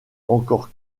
encore